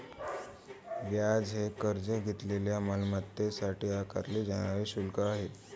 व्याज हे कर्ज घेतलेल्या मालमत्तेसाठी आकारले जाणारे शुल्क आहे